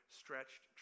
stretched